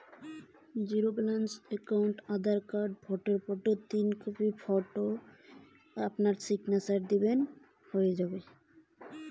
Zero balance account কিভাবে খোলা হয়?